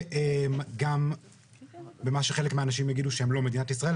וגם במה שחלק מהאנשים שהם לא מדינת ישראל,